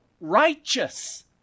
righteous